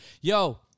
Yo